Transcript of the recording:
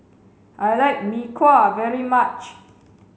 I like mee kuah very much